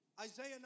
Isaiah